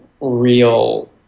real